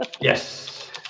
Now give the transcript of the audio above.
Yes